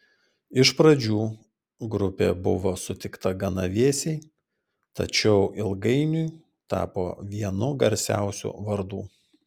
iš pradžių grupė buvo sutikta gana vėsiai tačiau ilgainiui tapo vienu garsiausių vardų